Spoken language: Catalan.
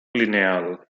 lineal